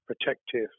protective